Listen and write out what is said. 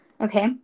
Okay